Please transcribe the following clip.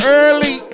early